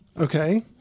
Okay